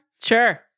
Sure